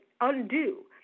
undo